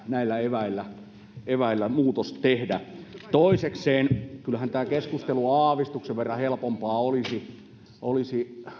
näillä eväillä pitää muutos tehdä toisekseen kyllähän tämä keskustelu aavistuksen verran helpompaa olisi olisi